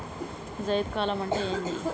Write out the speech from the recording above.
జైద్ కాలం అంటే ఏంది?